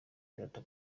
dada